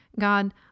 God